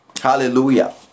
Hallelujah